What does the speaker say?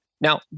Now